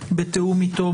בתיאום איתו,